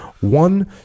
One